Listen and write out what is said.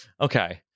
okay